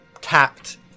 tapped